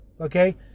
Okay